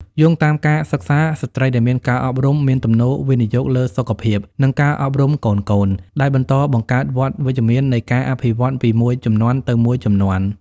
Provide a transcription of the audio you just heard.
យោងតាមការសិក្សា ស្ត្រីដែលមានការអប់រំមានទំនោរវិនិយោគលើសុខភាព និងការអប់រំកូនៗ ដែលបន្តបង្កើតវដ្តវិជ្ជមាននៃការអភិវឌ្ឍន៍ពីមួយជំនាន់ទៅមួយជំនាន់។